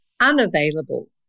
unavailable